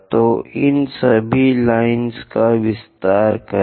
तो इन सभी लाइनों का विस्तार करें